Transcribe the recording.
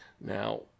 Now